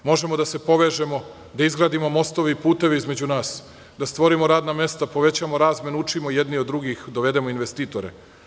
Možemo da se povežemo, da izgradimo mostove i puteve između nas, da stvorimo radna mesta, povećamo razmenu, učimo jedni od drugih, dovedemo investitore.